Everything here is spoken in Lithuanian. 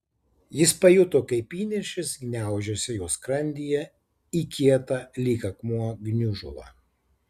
jis pajuto kaip įniršis gniaužiasi jo skrandyje į kietą lyg akmuo gniužulą